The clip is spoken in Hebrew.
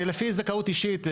זה לפי זכאות אישית,